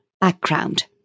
background